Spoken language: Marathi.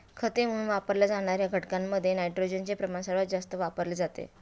खते म्हणून वापरल्या जाणार्या घटकांमध्ये नायट्रोजनचे प्रमाण सर्वात जास्त वापरले जाते